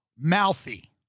mouthy